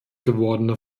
gewordene